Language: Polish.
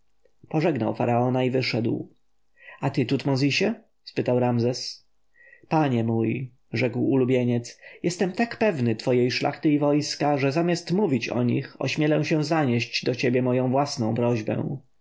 pożegnał faraona i wyszedł a ty tutmozisie spytał ramzes panie mój rzekł ulubieniec jestem tak pewny twojej szlachty i wojska że zamiast mówić o nich ośmielę się zanieść do ciebie moją własną prośbę